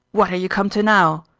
what are you come to now?